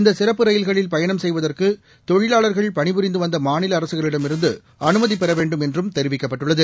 இந்த சிறப்பு ரயில்களில் பயணம் செய்வதற்கு தொழிலாளர்கள் பணிபுரிந்து வந்த மாநில அரசுகளிடமிருந்து அனுமதி பெற வேண்டும் என்றும் தெரிவிக்கப்பட்டுள்ளது